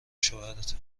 شوهرته